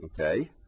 okay